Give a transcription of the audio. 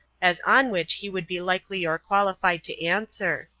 as on which he would be likely or qualified to answer.